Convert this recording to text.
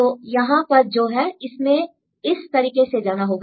तो यहां पर जो है इसमें इस तरीके से जाना होगा